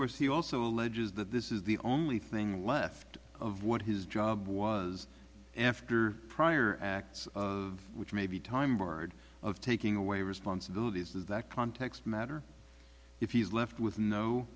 course he also alleges that this is the only thing left of what his job was after prior acts of which maybe time or day of taking away responsibilities does that context matter if he's left with no